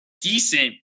decent